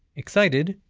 excited,